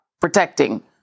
protecting